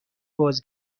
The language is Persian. باز